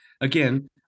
again